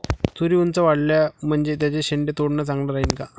तुरी ऊंच वाढल्या म्हनजे त्याचे शेंडे तोडनं चांगलं राहीन का?